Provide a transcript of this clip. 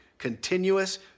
Continuous